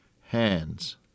hands